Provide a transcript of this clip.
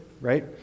right